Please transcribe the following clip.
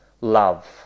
love